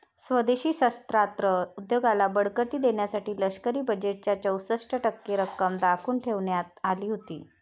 स्वदेशी शस्त्रास्त्र उद्योगाला बळकटी देण्यासाठी लष्करी बजेटच्या चौसष्ट टक्के रक्कम राखून ठेवण्यात आली होती